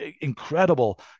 incredible